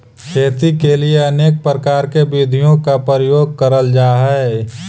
खेती के लिए अनेक प्रकार की विधियों का प्रयोग करल जा हई